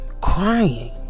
crying